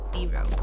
Zero